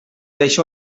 deixa